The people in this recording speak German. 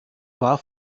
war